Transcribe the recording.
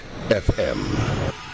FM